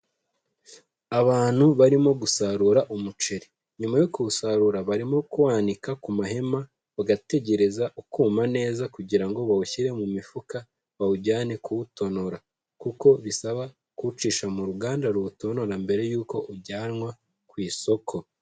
Abantu barimo gusarura umuceri, nyuma yo kuwusarura barimo kuwanika ku mahema, bagategereza ukuma neza, kugira ngo bawushyire mu mifuka, bawujyane kuwutonora Kuko bisaba kuwucisha mu ruganda ruwutonora mbere y'uko ujyanwa ku isoko.